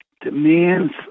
demands